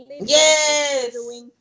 Yes